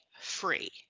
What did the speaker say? free